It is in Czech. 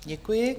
Děkuji.